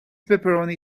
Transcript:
pepperoni